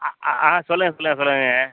ஆ ஆ ஆ சொல்லுங்கள் சொல்லுங்கள் சொல்லுங்கங்க